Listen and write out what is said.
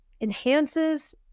enhances